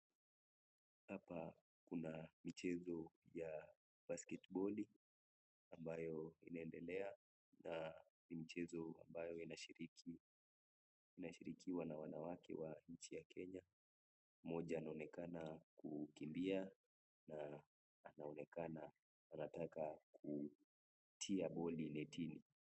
Hapa kuna mchezo ya basketball ambayo inaendelea. Na ni mchezo ambayo inashiriki inashirikiwa na wanawake wa nchi ya Kenya. Mmoja anaonekana kukimbia na anaonekana anataka kutia boli netini.